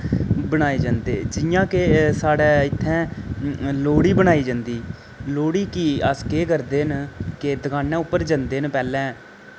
बनाए जन्दे जि'यां के साढ़ै इत्थें लोह्ड़ी बनाई जंदी लोह्ड़ी गी अस केह् करदे न के दुकानै उप्पर जन्दे न पैह्लैं